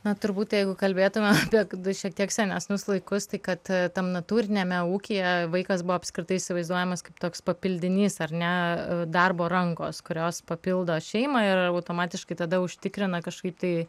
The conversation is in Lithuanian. na turbūt jeigu kalbėtume apie nu šiek tiek senesnius laikus tai kad tam natūriniame ūkyje vaikas buvo apskritai įsivaizduojamas kaip toks papildinys ar ne darbo rankos kurios papildo šeimą ir automatiškai tada užtikrina kažkaip tai